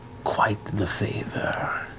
quite the favor